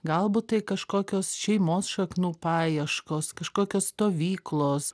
galbūt tai kažkokios šeimos šaknų paieškos kažkokios stovyklos